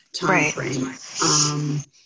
timeframe